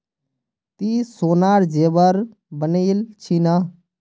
ती सोनार जेवर बनइल छि न